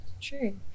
True